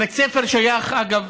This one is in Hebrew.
בית הספר שייך, אגב,